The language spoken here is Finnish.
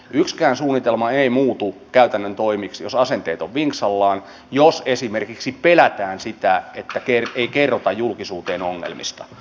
yksikään suunnitelma ei muutu käytännön toimiksi jos asenteet ovat vinksallaan jos esimerkiksi pelätään kertoa julkisuuteen ongelmista